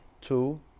two